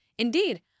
Indeed